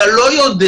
אתה לא יודע,